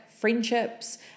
friendships